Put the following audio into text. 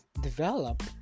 develop